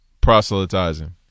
proselytizing